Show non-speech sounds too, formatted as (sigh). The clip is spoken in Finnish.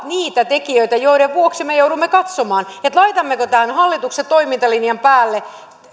(unintelligible) niitä tekijöitä joiden vuoksi me joudumme katsomaan laitammeko tämän hallituksen toimintalinjan päälle